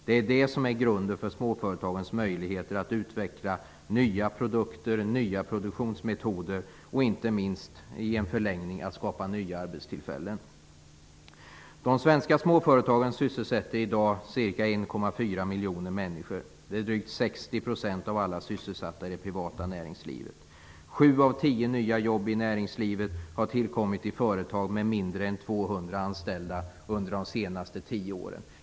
Det är det som är grunden för småföretagens möjligheter att utveckla nya produkter, nya produktionsmetoder och inte minst i en förlängning skapa nya arbetstillfällen. De svenska småföretagen sysselsätter i dag ca 1,4 miljoner människor. Det är drygt 60 % av alla som är sysselsatta i det privata näringslivet. Sju av tio nya jobb i näringslivet har tillkommit i företag med mindre än 200 anställda under de senaste tio åren.